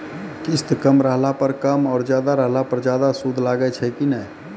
किस्त कम रहला पर कम और ज्यादा रहला पर ज्यादा सूद लागै छै कि नैय?